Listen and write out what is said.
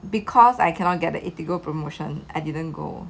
because I cannot get the promotion I didn't go